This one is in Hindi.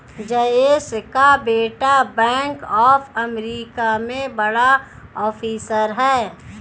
जयेश का बेटा बैंक ऑफ अमेरिका में बड़ा ऑफिसर है